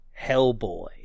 Hellboy